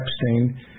Epstein